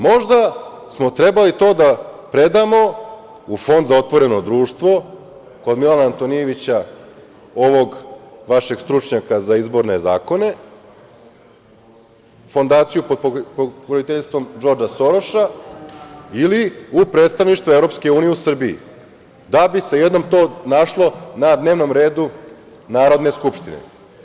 Možda smo trebali to da predamo u Fond za otvoreno društvo kod Milana Antonijevića, ovog vašeg stručnjaka za izborne zakone, Fondaciju pod pokroviteljstvom Džordža Soroša ili u predstavništvo EU u Srbiji, da bi se to jednom našlo na dnevnom redu Narodne skupštine.